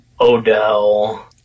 Odell